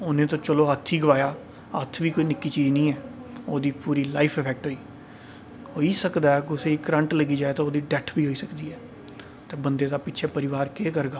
उन्नै ते चलो हत्थ ही गवाया हत्थ बी कोई निक्की चीज नीं ऐ ओह्दी पूरी लाइफ इफैक्ट होई गेई होई सकदा ऐ कुसै गी करंट लग्गी जाए ते ओह्दी डैथ बी होई सकदी ऐ ते बंदे दा पिच्छै परिवार के करगा